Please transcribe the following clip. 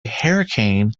hurricane